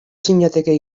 zinateke